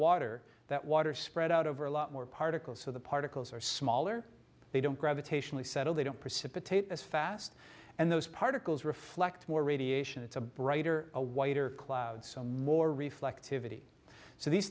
water that water spread out over a lot more particles so the particles are smaller they don't gravitationally settle they don't precipitate as fast and those particles reflect more radiation it's a brighter a whiter cloud so more reflectivity so these